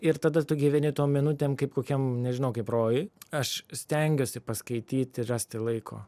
ir tada tu gyveni tom minutėm kaip kokiam nežinau kaip rojuj aš stengiuosi paskaityti rasti laiko